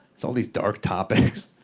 it's all these dark topics.